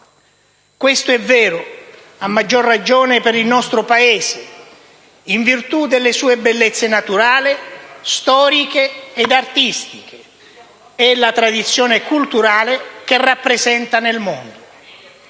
Questo è vero a maggior ragione per il nostro Paese, in virtù delle sue bellezze naturali, storiche e artistiche e della tradizione culturale che rappresenta nel mondo.